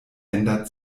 ändert